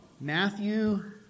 Matthew